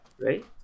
right